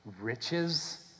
riches